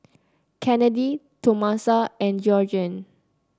Kennedy Tomasa and Georgiann